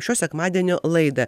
šio sekmadienio laidą